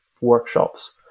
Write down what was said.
workshops